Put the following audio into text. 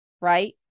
right